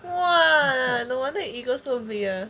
!wah! no wonder your ego so big ah